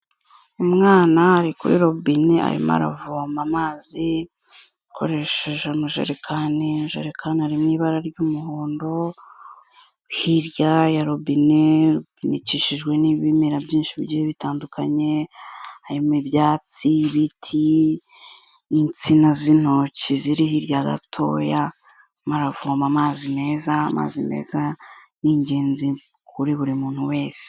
Umwana ari kuri robine arimo aravoma amazi akoresheje amajerekani, amajerekani ari mu ibara ry'umuhondo, hirya ya robine ikikijwe n'ibimera byinshi bigiye bitandukanye, harimo ibyatsi, ibiti, insina z'intoki ziri hirya gatoya, arimo aravoma amazi meza. Amazi meza ni ingenzi kuri buri muntu wese.